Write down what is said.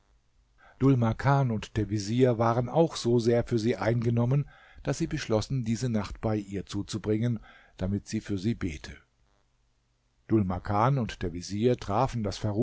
dhul makan und der vezier waren auch so sehr für sie eingenommen daß sie beschlossen diese nacht bei ihr zuzubringen damit sie für sie bete dhul makan und der vezier trafen das